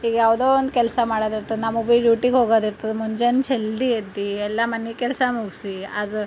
ಈಗ ಯಾವುದೋ ಒಂದು ಕೆಲಸ ಮಾಡೋದಿರ್ತದ ನಮಗ ಬಿ ಡ್ಯೂಟಿಗೆ ಹೋಗೋದಿರ್ತದ ಮುಂಜಾನೆ ಜಲ್ದಿ ಎದ್ದು ಎಲ್ಲ ಮನೆ ಕೆಲಸ ಮುಗಿಸಿ ಅದು